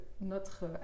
notre